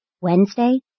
Wednesday